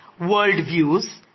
worldviews